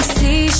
see